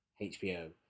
HBO